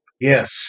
Yes